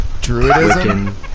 Druidism